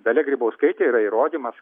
dalia grybauskaitė yra įrodymas